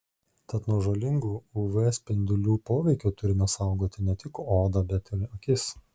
tad nuo žalingo uv spindulių poveikio turime saugoti ne tik odą bet ir akis